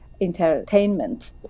entertainment